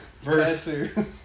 Versus